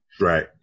right